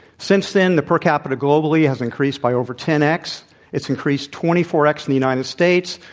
since then, the per capita globally has increased by over ten x it's increased twenty four x in the united states,